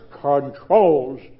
controls